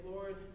Lord